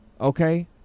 okay